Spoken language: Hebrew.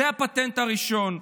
זה הפטנט הראשון.